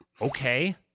Okay